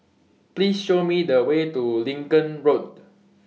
Please Show Me The Way to Lincoln Road